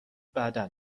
بعدا